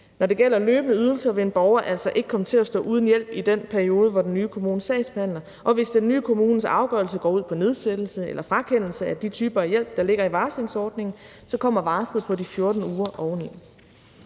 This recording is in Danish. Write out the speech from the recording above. Når det gælder løbende ydelser vil en borger altså ikke komme til at stå uden hjælp i den periode, hvor den nye kommune sagsbehandler, og hvis den nye kommunes afgørelse går ud på nedsættelse eller frakendelse af de typer af hjælp, der ligger i varslingsordningen, så kommer varslet på de 14 uger oven i.